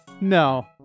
No